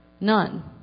none